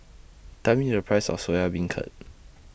Tell Me The Price of Soya Beancurd